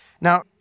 Now